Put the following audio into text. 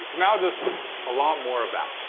now just a lot more of that.